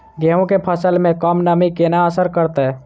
गेंहूँ केँ फसल मे कम नमी केना असर करतै?